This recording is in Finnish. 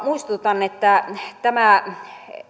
muistutan että tämä